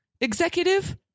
executive